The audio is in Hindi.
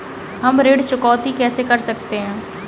हम ऋण चुकौती कैसे कर सकते हैं?